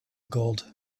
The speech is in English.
gold